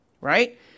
right